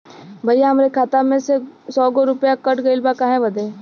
भईया हमरे खाता में से सौ गो रूपया कट गईल बा काहे बदे?